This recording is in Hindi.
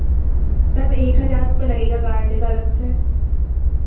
मैम एक हज़ार रुपये लगेगा गार्ड का अलग से